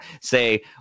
say